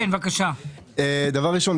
דבר ראשון,